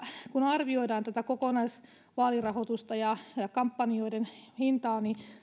kun arvioidaan tätä kokonaisvaalirahoitusta ja kampanjoiden hintaa niin